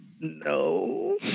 No